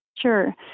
Sure